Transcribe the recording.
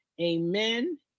Amen